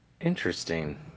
Interesting